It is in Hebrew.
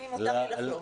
מותר לי לחלום.